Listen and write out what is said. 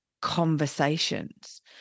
conversations